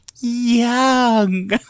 young